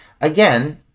again